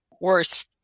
worse